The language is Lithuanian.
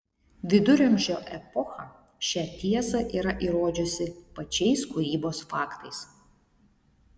viduramžio epocha šią tiesą yra įrodžiusi pačiais kūrybos faktais